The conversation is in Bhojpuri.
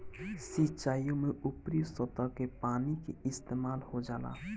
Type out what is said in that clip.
सिंचाईओ में ऊपरी सतह के पानी के इस्तेमाल हो जाला